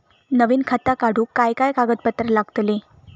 नवीन खाता काढूक काय काय कागदपत्रा लागतली?